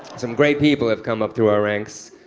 some great people have come up through our ranks.